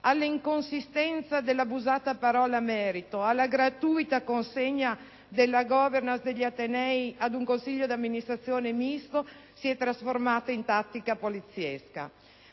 all'inconsistenza dell'abusata parola merito, alla gratuita consegna della *governance* degli atenei ad un consiglio di amministrazione misto si è trasformata in tattica poliziesca.